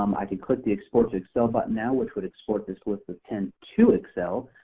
um i could click the export to excel button now, which would export this list of ten to excel.